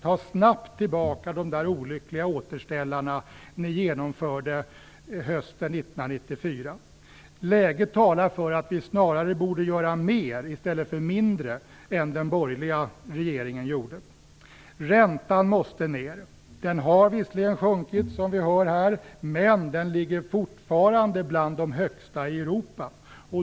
Ta snabbt tillbaka de där olyckliga återställarna ni genomförde under hösten 1994! Läget talar för att vi borde göra mer i stället för mindre än den borgerliga regeringen gjorde. Räntan måste ned. Som vi har hört här har den visserligen sjunkit, men den ligger fortfarande bland de högsta i Europa.